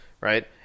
right